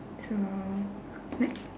so next